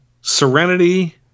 serenity